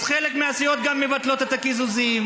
אז חלק מהסיעות גם מבטלות את הקיזוזים,